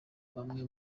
bamwe